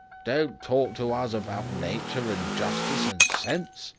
don't talk to us about nature and justice and sense,